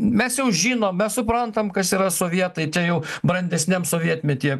mes jau žinom mes suprantam kas yra sovietai čia jau brandesniam sovietmetyje